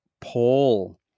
Paul